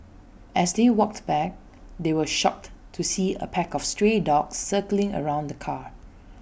as they walked back they were shocked to see A pack of stray dogs circling around the car